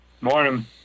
Morning